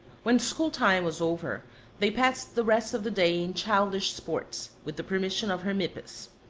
when school-time was over they passed the rest of the day in childish sports, with the permission of hermippus.